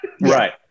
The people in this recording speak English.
right